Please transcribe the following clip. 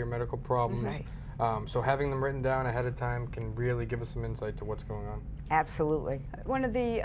your medical problems right so having written down ahead of time can really give us some insight to what's going on absolutely one of the